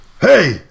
Hey